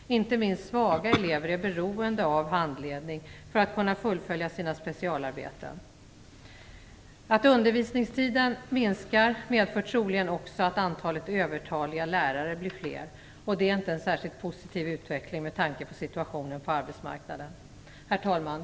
Inte minst svaga elever är beroende av handledning för att kunna fullfölja sina specialarbeten. Att undervisningstiden minskar medför troligen också att antalet övertaliga lärare blir fler. Det är inte en särskilt positiv utveckling med tanke på situationen på arbetsmarknaden. Herr talman!